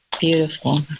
Beautiful